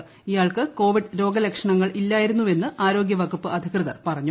കോഴിക്കോട് ഇയാൾക്ക് കോവിഡ് രോഗലക്ഷണങ്ങൾ ഇല്ലായിരുന്നുവെന്ന് ആരോഗ്യവകുപ്പ് അധികൃതർ പറഞ്ഞു